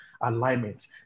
alignment